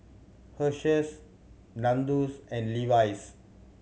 Herschel Nandos and Levi's